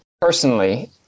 personally